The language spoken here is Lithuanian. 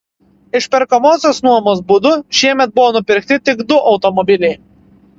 išperkamosios nuomos būdu šiemet buvo nupirkti tik du automobiliai